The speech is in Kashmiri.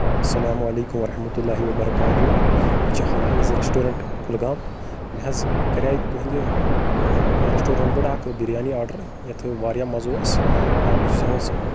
اسلام علیکم ورحمتہ اللہ وبرکاتہ یہِ چھےٚ حل حلز ریسٹورنٛٹ کُلگام مےٚ حظ کَرے تُہنٛدِ ریسٹورنٛٹ پٮ۪ٹھ اکھ بِریانی آرڈر یتھ واریاہ مَزٕ اوس بہٕ چھُس ہیوان سہ